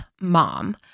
mom